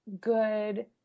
good